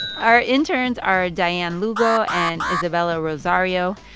our interns are dianne lugo and isabella rosario.